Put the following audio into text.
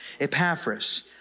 Epaphras